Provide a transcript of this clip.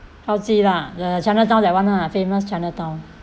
gao ji lah the chinatown that one lah famous chinatown